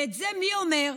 ואת זה מי אומר?